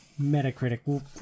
Metacritic